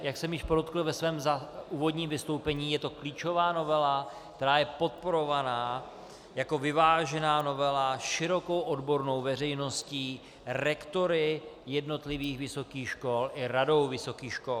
Jak jsem již podotkl ve svém úvodním vystoupení, je to klíčová novela, která je podporovaná jako vyvážená novela širokou odbornou veřejností, rektory jednotlivých vysokých škol i Radou vysokých škol.